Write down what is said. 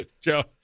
Joe